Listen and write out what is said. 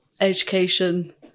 education